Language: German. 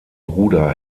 bruder